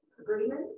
agreement